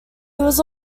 was